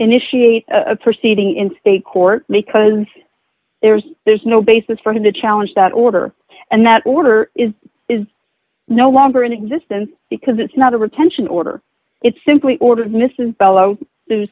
initiate a proceeding in state court because there's there's no basis for him to challenge that order and that order is is no longer in existence because it's not a retention order it's simply ordered mrs bello